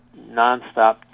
nonstop